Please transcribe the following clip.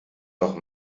noch